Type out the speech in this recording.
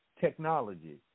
technology